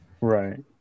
Right